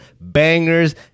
bangers